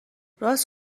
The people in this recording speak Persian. راست